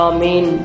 Amen